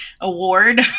Award